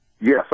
Yes